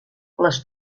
les